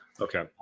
Okay